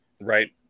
Right